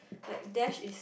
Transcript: like Dash is